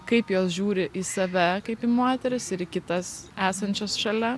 kaip jos žiūri į save kaip į moteris ir kitas esančias šalia